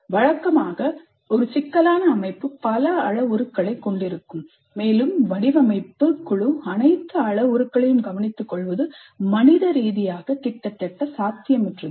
வழக்கமாக ஒரு சிக்கலான அமைப்பு பல அளவுருக்களைக் கொண்டிருக்கும் மேலும் வடிவமைப்பு குழு அனைத்து அளவுருக்களையும் கவனித்துக்கொள்வது மனித ரீதியாக கிட்டத்தட்ட சாத்தியமற்றது